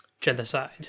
genocide